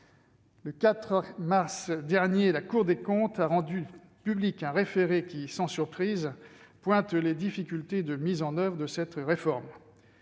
Le 4 mars dernier, la Cour des comptes a rendu public un référé qui, sans surprise, pointe les difficultés de mise en oeuvre de cette réforme,